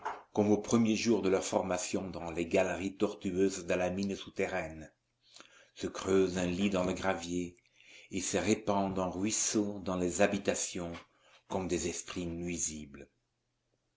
comme aux premiers jours de leur formation dans les galeries tortueuses de la mine souterraine se creusent un lit dans le gravier et se répandent en ruisseaux dans les habitations comme des esprits nuisibles